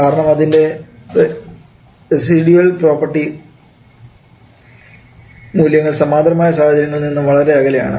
കാരണം അതിൻറെ കുറച്ച പ്രോപ്പർട്ടി മൂല്യങ്ങൾ സമാന്തരമായ സാഹചര്യങ്ങളിൽ നിന്നും വളരെ അകലെയാണ്